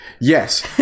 Yes